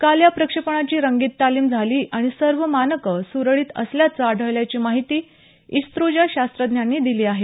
काल या प्रक्षेपणाची रंगीत तालीम झाली आणि सर्व मानकं सुरळीत असल्याचं आढळल्याची माहिती इस्रोच्या शास्त्रज्ञांनी दिली आहे